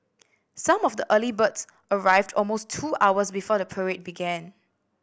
some of the early birds arrived almost two hours before the parade began